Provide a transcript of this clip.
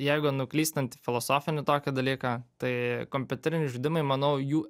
jeigu nuklystant į filosofinį tokį dalyką tai kompiuteriniai žaidimai manau jų